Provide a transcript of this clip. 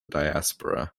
diaspora